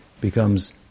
becomes